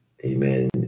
Amen